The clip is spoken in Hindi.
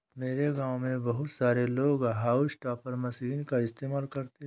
मेरे गांव में बहुत सारे लोग हाउस टॉपर मशीन का इस्तेमाल करते हैं